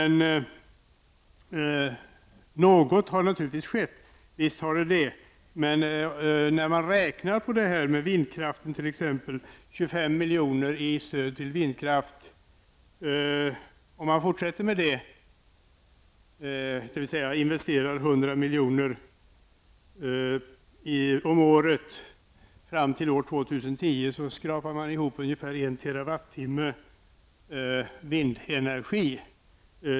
Något har naturligtvis skett, men när man t.ex. räknar på stödet om 25 miljoner till vindkraft, vilket motsvarar investeringar om 100 miljoner om året fram till år 2010, finner man att det innebär att man skrapar ihop ungefär 1 TWh vindenergi.